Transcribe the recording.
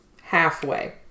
halfway